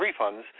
refunds